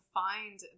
find